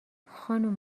خانم